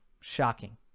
Shocking